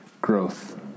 growth